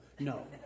No